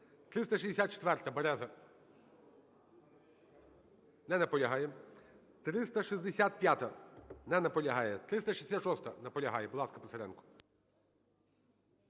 364-а, Береза. Не наполягає. 365-а. Не наполягає. 366-а. Наполягає. Будь ласка, Писаренко.